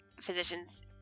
physicians